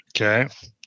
okay